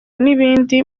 n’ibindi